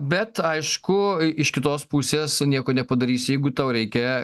bet aišku iš kitos pusės nieko nepadarysi jeigu tau reikia